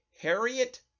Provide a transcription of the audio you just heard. Harriet